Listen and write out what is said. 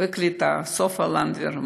והקליטה סופה לנדבר,